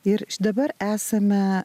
ir dabar esame